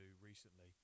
recently